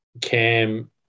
Cam